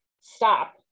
stop